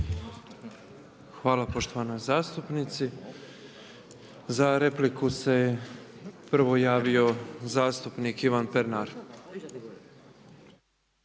Hvala poštovanoj zastupnici. Za repliku se prvo javio zastupnik Ivan Pernar.